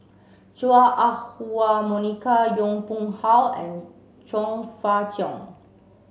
Chua Ah Huwa Monica Yong Pung How and Chong Fah Cheong